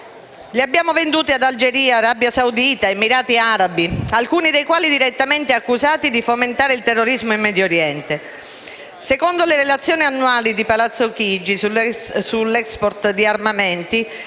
Le abbiamo vendute ad Algeria, Arabia Saudita ed Emirati Arabi, alcuni dei quali direttamente accusati di fomentare il terrorismo in Medio Oriente. Secondo le relazioni annuali di Palazzo Chigi sull'*export* di armamenti,